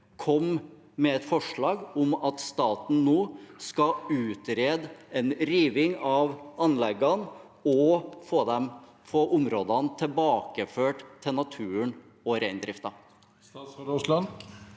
komme med et forslag om at staten nå skal utrede en riving av anleggene og få områdene tilbakeført til naturen og reindriften?